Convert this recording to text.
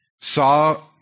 saw